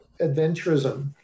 adventurism